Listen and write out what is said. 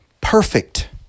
perfect